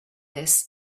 this